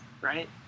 right